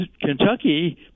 Kentucky